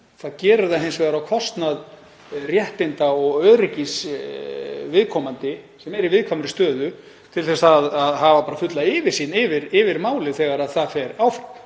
það gerir það hins vegar á kostnað réttinda og öryggis viðkomandi sem eru í viðkvæmri stöðu til að hafa fulla yfirsýn yfir málið þegar það fer áfram.